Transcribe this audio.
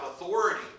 authority